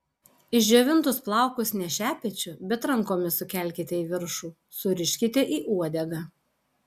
išdžiovintus plaukus ne šepečiu bet rankomis sukelkite į viršų suriškite į uodegą